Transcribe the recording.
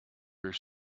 are